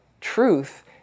truth